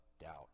doubt